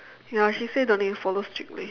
ya she say don't need to follow strictly